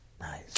Nice